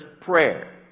prayer